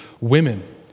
women